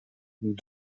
nous